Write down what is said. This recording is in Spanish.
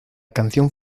canción